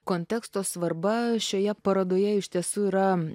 konteksto svarba šioje parodoje iš tiesų yra